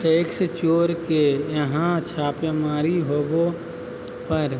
tax चोर के यहां छापेमारी होबो पर